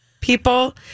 people